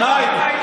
שתיים.